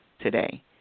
today